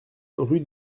rue